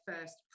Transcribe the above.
first